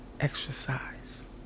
exercise